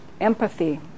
empathy